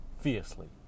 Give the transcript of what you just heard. fiercely